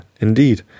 Indeed